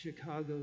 Chicago